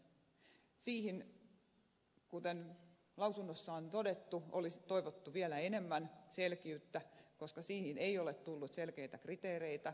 siihen kuten lausunnossa on todettu olisi toivottu vielä enemmän selkeyttä koska siihen ei ole tullut selkeitä kriteereitä